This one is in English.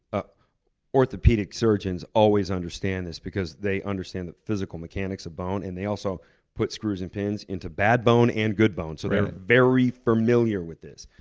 ah orthopedic surgeons always understand this because they understand the physical mechanics of bone, and they also put screws and pins into bad bone and good bone, so they're very familiar with this.